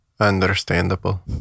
understandable